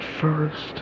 First